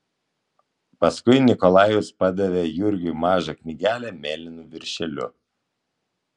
paskui nikolajus padavė jurgiui mažą knygelę mėlynu viršeliu